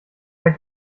wer